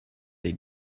they